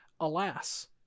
alas